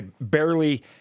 barely